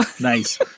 Nice